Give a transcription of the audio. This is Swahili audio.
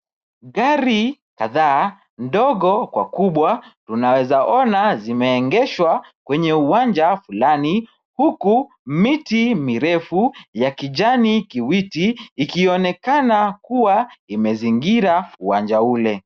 Gari kadhaa ndogo kwa kubwa unaweza ona zimeegeshwa kwenye uwanja fulani huku miti mirefu ya kijani kibichi ikionekana kuwa imezingira uwanja ule.